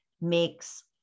makes